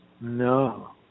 No